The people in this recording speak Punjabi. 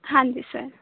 ਹਾਂਜੀ ਸਰ